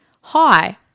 Hi